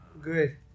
Good